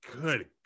good